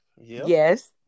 yes